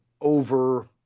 over